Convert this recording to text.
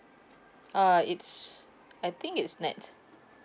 uh it's I think it's nett